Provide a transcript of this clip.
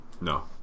No